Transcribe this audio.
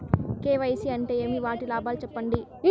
KYC అంటే ఏమి? వాటి లాభాలు సెప్పండి?